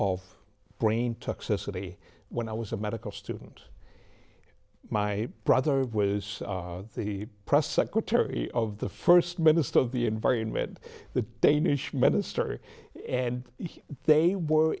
of brain toxicity when i was a medical student my brother was the press secretary of the first minister of the environment the danish minister and here they were